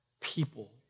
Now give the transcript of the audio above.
people